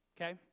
Okay